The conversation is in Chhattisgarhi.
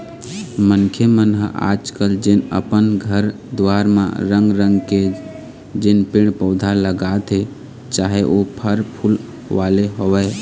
मनखे मन ह आज कल जेन अपन घर दुवार म रंग रंग के जेन पेड़ पउधा लगाथे चाहे ओ फर फूल वाले होवय